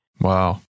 Wow